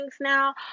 now